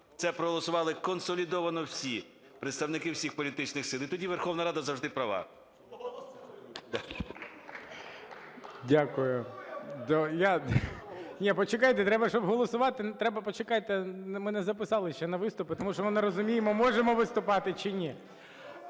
це проголосували консолідовано всі, представники всіх політичних сил, і тоді Верховна Рада завжди права.